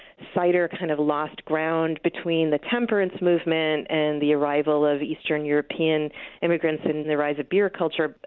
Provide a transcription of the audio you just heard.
cider kind of lost ground between the temperance movement and the arrival of eastern european immigrants and and the rise of beer culture.